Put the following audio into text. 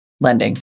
lending